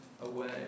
away